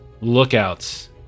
lookouts